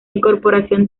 incorporación